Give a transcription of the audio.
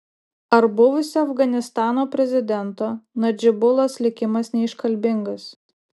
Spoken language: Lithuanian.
ar buvusio afganistano prezidento nadžibulos likimas neiškalbingas